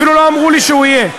אפילו לא אמרו לי שהוא יהיה,